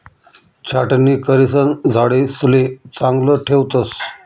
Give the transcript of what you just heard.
छाटणी करिसन झाडेसले चांगलं ठेवतस